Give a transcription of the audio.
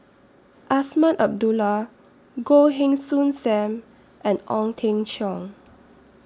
Azman Abdullah Goh Heng Soon SAM and Ong Teng Cheong